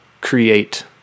create